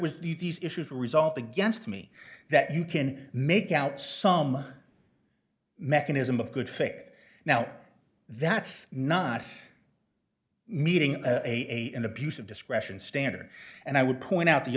was these issues are resolved against me that you can make out some mechanism of good faith now that's not meeting a an abuse of discretion standard and i would point out the